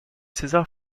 césar